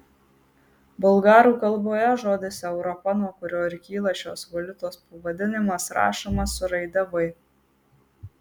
bulgarų kalboje žodis europa nuo kurio ir kyla šios valiutos pavadinimas rašomas su raide v